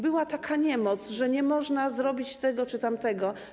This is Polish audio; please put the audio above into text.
Była taka niemoc, że nie można zrobić tego czy tamtego.